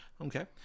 Okay